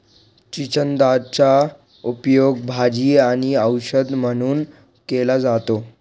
चिचिंदाचा उपयोग भाजी आणि औषध म्हणून केला जातो